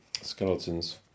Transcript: skeletons